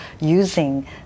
using